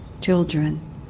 children